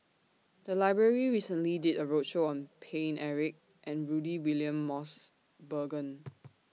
The Library recently did A roadshow on Paine Eric and Rudy William Mosbergen